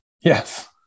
Yes